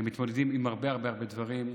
מתמודדים עם הרבה הרבה הרבה דברים,